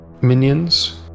minions